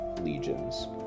legions